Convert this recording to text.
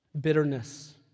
bitterness